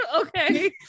Okay